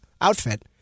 outfit